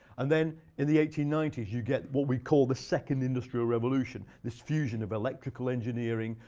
and then in the eighteen ninety s, you get what we call the second industrial revolution, this fusion of electrical engineering,